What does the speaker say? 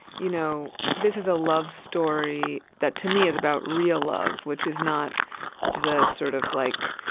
you know this is a love story that, to me, is about real love, which is not the sort of, like,